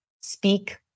speak